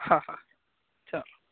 હા હા ચાલો